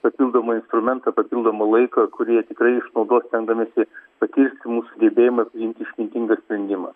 papildomą instrumentą papildomą laiką kurį jie tikrai išnaudos stengdamiesi pakirst mūsų gebėjimą priimti išmintingą sprendimą